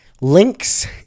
Links